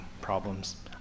problems